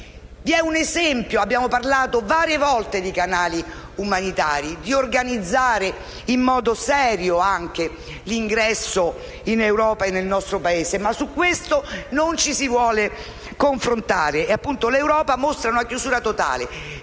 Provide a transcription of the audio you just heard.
abbiamo parlato varie volte di canali umanitari e di organizzare in modo serio l'ingresso in Europa e nel nostro Paese, ma su questo non ci si vuole confrontare e l'Europa mostra una chiusura totale.